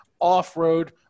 off-road